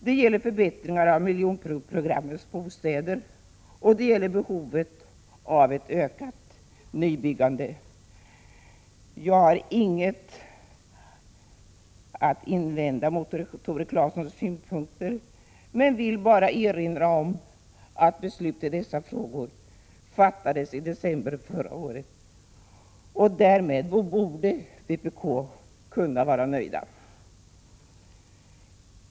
Det gäller förbättringar av miljonprogrammets bostäder och behovet av ett ökat nybyggande. Jag har ingenting att invända mot Tore Claesons synpunkter, men jag vill bara påminna om att beslut i dessa frågor fattades i december förra året. Därmed borde vpk-arna kunna vara nöjda.